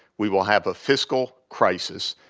we will have a fiscal crisis,